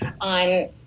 On